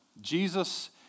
Jesus